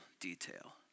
detail